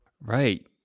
Right